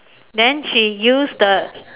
then she use the